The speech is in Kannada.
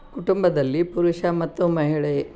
ಕುಟುಂಬದಲ್ಲಿ ಪುರುಷ ಮತ್ತು ಮಹಿಳೆ